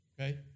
Okay